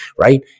right